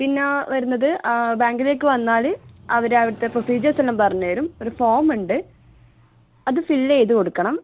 പിന്നെ വരുന്നത് ബാങ്കിലേക്ക് വന്നാൽ അവരവിടുത്തെ പ്രൊസീജിയേഴ്സെല്ലാം പറഞ്ഞു തരും ഒരു ഫോമുണ്ട് അത് ഫിൽ ചെയ്ത് കൊടുക്കണം